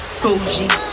bougie